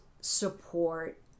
support